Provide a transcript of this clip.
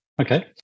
okay